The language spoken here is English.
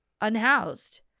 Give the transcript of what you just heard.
unhoused